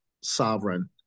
sovereign